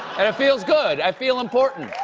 and it feels good! i feel important!